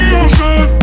ocean